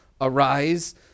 Arise